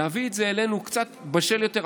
להביא את זה אלינו קצת בשל יותר,